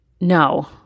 No